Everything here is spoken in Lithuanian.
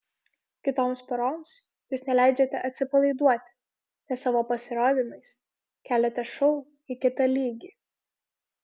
kitoms poroms jūs neleidžiate atsipalaiduoti nes savo pasirodymais keliate šou į kitą lygį